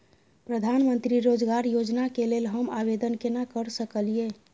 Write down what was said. प्रधानमंत्री रोजगार योजना के लेल हम आवेदन केना कर सकलियै?